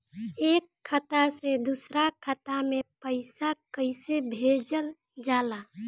एक खाता से दूसरा खाता में पैसा कइसे भेजल जाला?